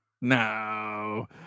No